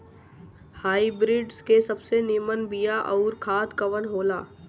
Hybrid के सबसे नीमन बीया अउर खाद कवन हो ला?